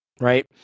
right